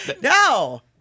No